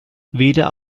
weder